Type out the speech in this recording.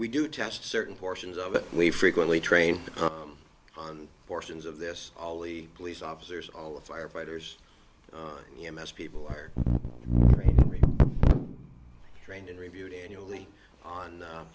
we do test certain portions of it we frequently train on portions of this all the police officers all the firefighters you mess people are trained and reviewed annually on